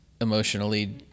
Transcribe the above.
emotionally